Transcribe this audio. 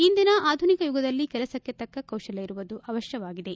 ಇಂದಿನ ಆಧುನಿಕ ಯುಗದಲ್ಲಿ ಕೆಲಸಕ್ಕೆ ತಕ್ಕ ಕೌಶಲ್ಕ ಇರುವುದು ಅವಶ್ಯಕವಾಗಿದೆ